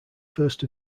first